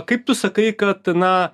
kaip tu sakai kad na